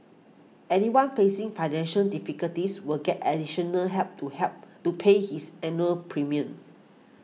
anyone facing financial difficulties will get additional help to help to pay his annual premium